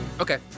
Okay